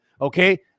okay